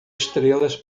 estrelas